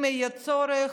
אם יהיה צורך,